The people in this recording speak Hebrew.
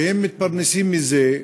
שמתפרנסים מזה,